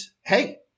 hey